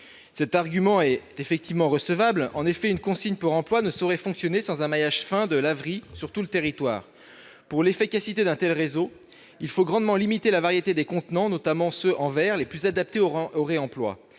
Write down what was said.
Cet argument est recevable. En effet, une consigne pour réemploi ne saurait fonctionner sans un maillage fin de laveries sur tout le territoire. Pour qu'un tel réseau soit efficace, il faut grandement limiter la variété des contenants, notamment ceux en verre, les plus adaptés au réemploi.